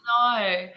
no